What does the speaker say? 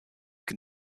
can